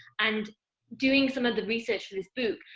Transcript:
and doing some of the research for this book,